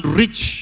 rich